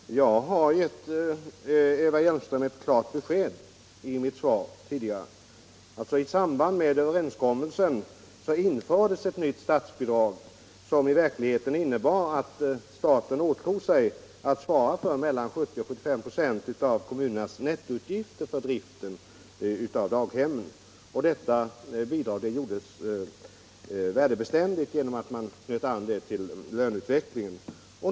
Herr talman! Jag har gett Eva Hjelmström ett klart besked i mitt svar tidigare. I samband med överenskommelsen infördes ett nytt statsbidrag, som i verkligheten innebar att staten åtog sig att svara för mellan 70 och 75 96 av kommunernas nettoutgifter för driften av daghemmen. Detta bidrag gjordes värdebeständigt genom att man anknöt det till löneutvecklingen.